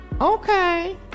Okay